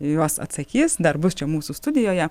į juos atsakys dar bus čia mūsų studijoje